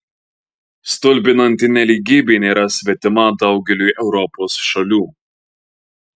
stulbinanti nelygybė nėra svetima daugeliui europos šalių